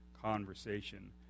conversation